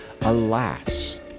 Alas